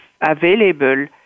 available